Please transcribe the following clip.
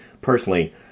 personally